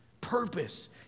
Purpose